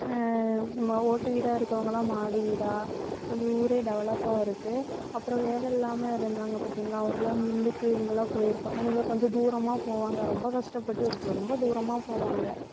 நம்ம ஓட்டு வீடாக இருக்கவங்களாம் மாடி வீடாக கொஞ்சம் ஊர் டெவெலப்பாக இருக்குது அப்புறம் வேலையில்லாமல் இருந்தாங்கள் பார்த்திங்களா அவங்களாம் மில்லுக்கு இங்கேல்லாம் போகிருப்பா இவங்க கொஞ்சம் தூரமாக போவாங்கள் ரொம்ப கஷ்டப்பட்டு ரொம்ப தூரமாக போவாங்கள்